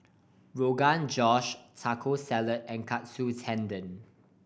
Rogan Josh Taco Salad and Katsu Tendon